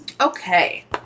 Okay